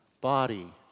body